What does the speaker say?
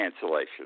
cancellation